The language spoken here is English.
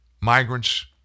Migrants